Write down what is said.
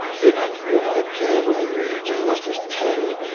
you know you're not a gambling region unless there's ten,